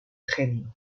genio